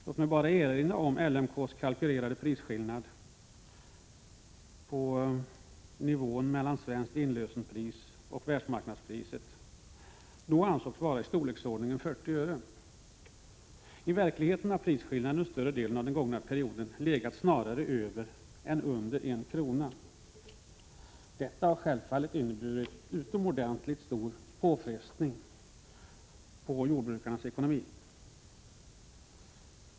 Låt mig bara erinra om LMK:s kalkylerade prisskillnad mellan svenskt inlösenpris och världsmarknadspriset. Det var fråga om ett belopp i storleksordningen 40 öre. I verkligheten har prisskillnaden under större delen av den gångna perioden snarare legat över än under 1 kr. Detta har självfallet inneburit en utomordentligt stor påfrestning på jordbrukarnas ekonomi.